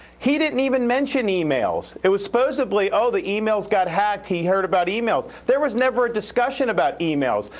he didn't even mention emails. it was supposedly, oh the emails got hacked, he heard about emails. there was never a discussion about emails.